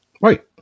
Right